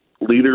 leaders